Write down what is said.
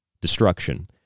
destruction